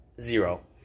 zero